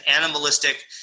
animalistic